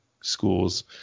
schools